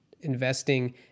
investing